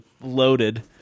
loaded